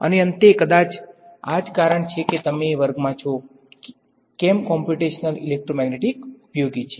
અને અંતે કદાચ આ જ કારણ છે કે તમે વર્ગમાં છો કેમ કોમ્પ્યુટેશનલ ઇલેક્ટ્રોમેગ્નેટિક્સ ઉપયોગી છે